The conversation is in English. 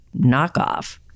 knockoff